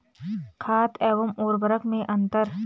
खाद एवं उर्वरक में अंतर?